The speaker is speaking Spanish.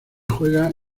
juega